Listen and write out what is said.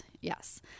Yes